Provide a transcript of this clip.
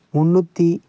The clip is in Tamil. முந்நூற்றி